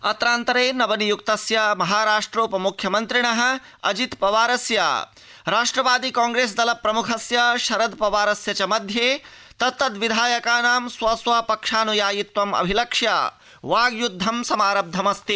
अत्रान्तरे नव निय्क्तस्य महाराष्ट्रोप म्ख्यमन्त्रिण अजित पवारस्यराष्ट्रवादि कांग्रेस दल प्रम्खस्य शरद पवारस्य च मध्ये तत्तद् विधायकानां स्व स्व पक्षान्यायित्वम् अभिलक्ष्य वाग्य्दधं समारब्धमस्ति